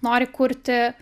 nori kurti